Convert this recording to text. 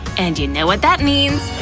and you know what that means?